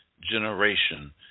generation